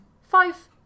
five